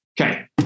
Okay